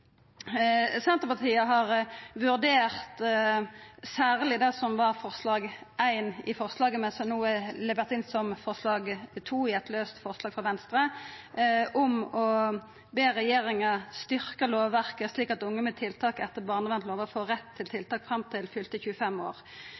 Senterpartiet har vurdert særleg det som var forslag 1 i representantforslaget, men som no er levert inn som forslag nr. 2, i eit laust forslag frå Venstre, om å be regjeringa styrkja lovverket slik at unge med tiltak etter barnevernslova får rett til tiltak fram til